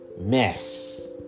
mess